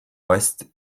ouest